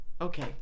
okay